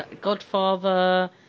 godfather